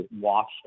watched